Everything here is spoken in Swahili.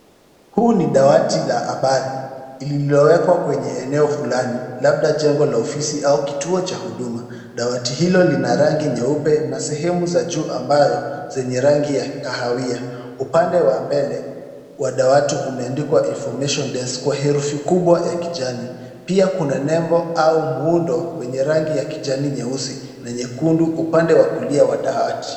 Hili ni dawati la habari lililowekwa kwenye eneo fulani labda jengo la ofisi au kituo cha huduma. Dawati hilo lina rangi nyeupe na sehemu za juu ambayo zenye rangi ya kahawia. Upande wa mbele wa dawati umeandikwa information desk kwa herufi kubwa ya kijani. Pia kuja nembo au muundo wenye rangi ya kijani nyeusi na nyekundu upande wa kulia wa dawati.